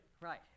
Right